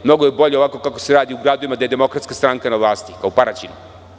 Mnogo je bolje ovako kako se radi u gradovima gde je Demokratska stranka na vlasti, kao u Paraćinu.